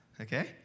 Okay